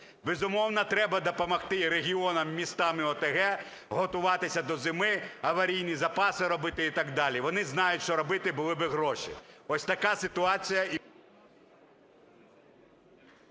Безумовно, треба допомогти і регіонам, містам і ОТГ готуватися до зими, аварійні запаси робити і так далі. Вони знають що робити, були би гроші. Ось така ситуація...